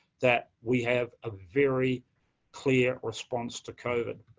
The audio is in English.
that we have a very clear response to covid.